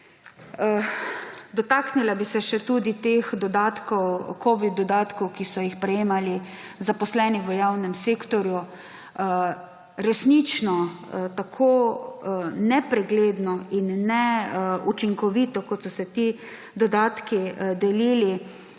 Dotaknila bi se še tudi covid dodatkov, ki so jih prejemali zaposleni v javnem sektorju. Resnično, tako nepregledno in neučinkovito, kot so se ti dodatki delili,